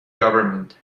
government